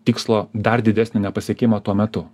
tikslo dar didesnį nepasiekimą tuo metu